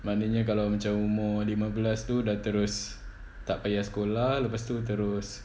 maknanya kalau macam umur lima belas tu dah terus tak payah bersekolah lepas tu terus